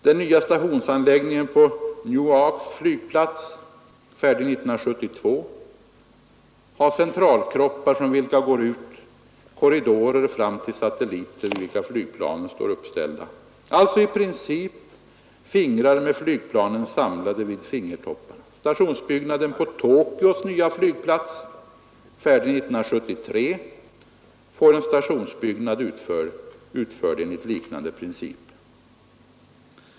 Den nya stationsanläggningen på Newarks flygplats, färdig 1972, har centralkroppar från vilka går ut korridorer fram till satelliter vid vilka flygplanen står uppställda, alltså i princip fingrar med flygplanen samlade vid fingertopparna. Stationsbyggnaden på Tokyos nya flygplats, färdig 1973, får en stationsbyggnad utförd enligt liknande princip.